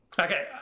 Okay